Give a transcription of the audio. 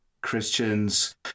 Christians